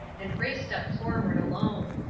and grace stepped forward alone.